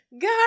God